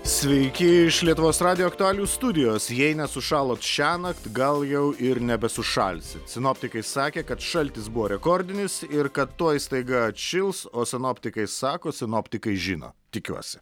sveiki iš lietuvos radijo aktualijų studijos jei nesušalot šiąnakt gal jau ir nebesušalsit sinoptikai sakė kad šaltis buvo rekordinis ir kad tuoj staiga atšils o sinoptikai sako sinoptikai žino tikiuosi